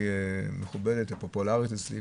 זו ועדה שאצלי היא מאוד מכובדת ופופולרית.